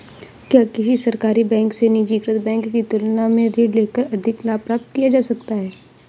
क्या किसी सरकारी बैंक से निजीकृत बैंक की तुलना में ऋण लेकर अधिक लाभ प्राप्त किया जा सकता है?